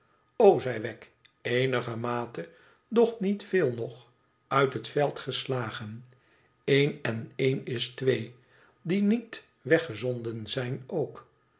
zei wegg eenigermate doch niet veel nog uit het veld geslagen een en een is twee die niet weggezonden zijn ook